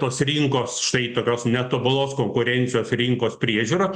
tos rinkos štai tokios netobulos konkurencijos rinkos priežiūra